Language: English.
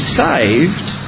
saved